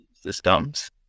systems